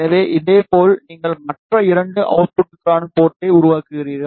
எனவே இதேபோல் நீங்கள் மற்ற இரண்டு அவுட்புட்களுக்கான போர்ட்டை உருவாக்குகிறீர்கள்